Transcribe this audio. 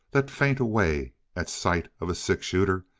that faint away at sight of a six-shooter,